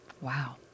Wow